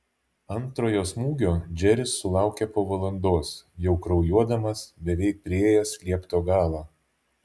antrojo smūgio džeris sulaukė po valandos jau kraujuodamas beveik priėjęs liepto galą